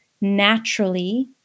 naturally